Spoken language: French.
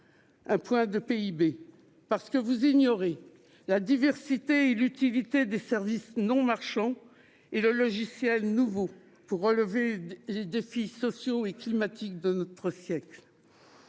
Un point de PIB, parce que vous ignorez la diversité et l'utilité des services non marchands et le logiciel nouveau pour relever les défis sociaux et climatiques de notre siècle.